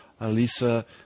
Alisa